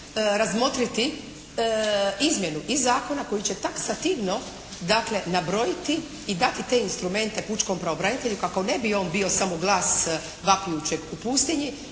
razmotriti izmjenu i zakona koji će taksativno dakle nabrojiti i dati te instrumente pučkom pravobranitelju kako ne bi on bio samo glas, vapijućeg u pustinji